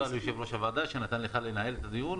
תודה ליושב-ראש הוועדה שנתן לך לנהל את הדיון,